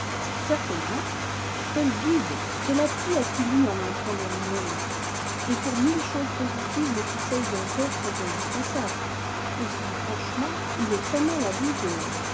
certainement quel guide quel appui a-t-il eu en entrant dans le monde et pour mille choses positives les conseils d'un père sont indispensables aussi franchement il est très-mal à vous de